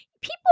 people